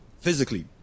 physically